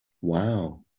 Wow